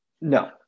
no